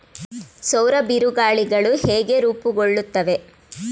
ಸೌರ ಬಿರುಗಾಳಿಗಳು ಹೇಗೆ ರೂಪುಗೊಳ್ಳುತ್ತವೆ?